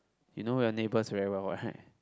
you know your neighbours very well right